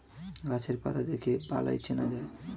গাছের পাতা দেখে বালাই চেনা যায়